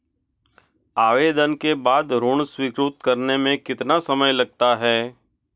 आवेदन के बाद ऋण स्वीकृत करने में कितना समय लगता है?